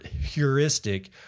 heuristic